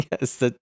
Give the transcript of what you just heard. Yes